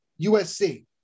USC